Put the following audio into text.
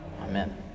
Amen